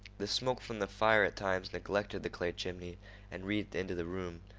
the smoke from the fire at times neglected the clay chimney and wreathed into the room,